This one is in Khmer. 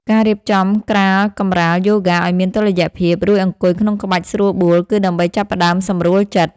ការរៀបចំក្រាលកម្រាលយូហ្គាឱ្យមានតុល្យភាព រួចអង្គុយក្នុងក្បាច់ស្រួលបួល គឺដើម្បីចាប់ផ្ដើមសម្រួលចិត្ត។